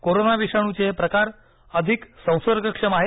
corona विषाणूचे हे प्रकार अधिक संसर्गक्षम आहेत